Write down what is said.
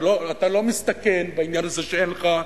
אתה לא מסתכן בעניין הזה שאין לך.